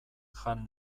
jan